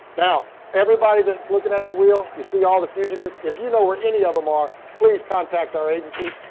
now, everybody that's looking at the wheel, you see all the fugitives? if you know where any of them are, please contact our agency.